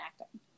acting